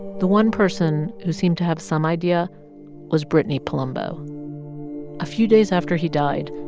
the one person who seemed to have some idea was brittany palumbo a few days after he died,